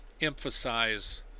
emphasize